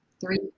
three